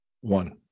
One